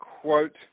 quote